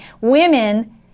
Women